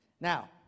Now